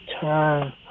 turn